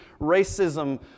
racism